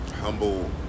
humble